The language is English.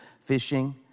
fishing